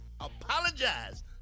apologize